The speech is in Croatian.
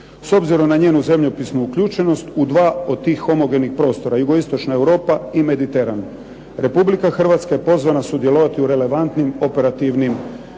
S obzirom na njenu zemljopisnu uključenost u dva od tih homogenih prostora Jugoistočna Europa i Mediteran. Republika Hrvatska je pozvana sudjelovati u relevantnim operativnim programima.